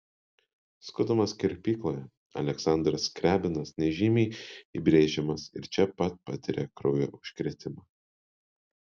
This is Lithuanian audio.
skutamas kirpykloje aleksandras skriabinas nežymiai įbrėžiamas ir čia pat patiria kraujo užkrėtimą